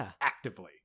actively